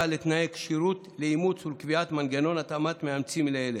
לתנאי הכשירות לאימוץ ולקביעת מנגנון התאמת מאמצים לילד,